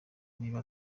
niba